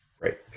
Right